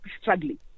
struggling